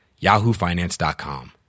yahoofinance.com